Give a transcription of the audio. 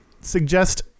suggest